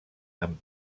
amb